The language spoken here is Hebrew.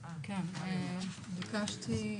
ביקשתי,